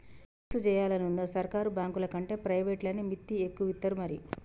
fix జేయాలనుందా, సర్కారు బాంకులకంటే ప్రైవేట్లనే మిత్తి ఎక్కువిత్తరు మరి